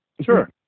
Sure